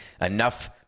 Enough